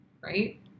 right